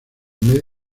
medio